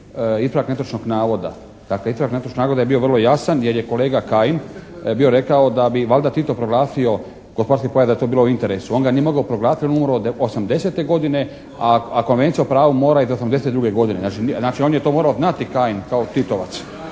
ispravak netočnog navoda je bio vrlo jasan jer je kolega Kajin bio rekao da bi valjda Tito proglasio gospodarski pojas da je to bilo u interesu. On ga nije mogao proglasiti jer je umro 80-te godine, a Konvencija o pravu mora je iz 82. godine. Znači on je to morao znati Kajin kao Titovac.